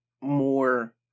more